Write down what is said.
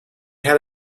had